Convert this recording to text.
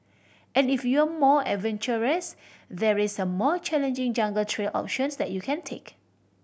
and if you're more adventurous there's a more challenging jungle trail options that you can take